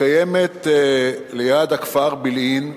מתקיימת ליד הכפר בילעין,